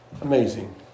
Amazing